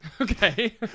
Okay